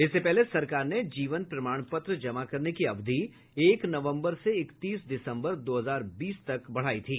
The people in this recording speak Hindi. इससे पहले सरकार ने जीवन प्रमाणपत्र जमा करने की अवधि एक नवम्बर से इकतीस दिसंबर दो हजार बीस तक बढ़ाई थी